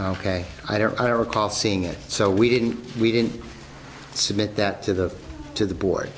ok i don't recall seeing it so we didn't we didn't submit that to the to the board